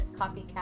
copycat